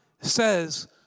says